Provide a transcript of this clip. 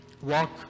Walk